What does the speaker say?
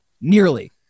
nearly